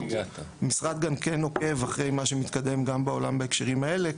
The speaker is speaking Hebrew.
המשרד גם כן עוקב אחרי מה שמתקדם בעולם בהקשרים האלה,